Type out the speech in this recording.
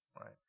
right